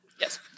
yes